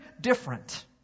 different